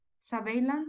surveillance